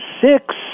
six